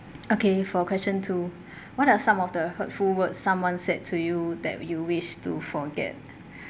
okay for question two what are some of the hurtful words someone said to you that you wish to forget